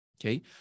Okay